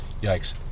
Yikes